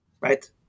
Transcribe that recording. right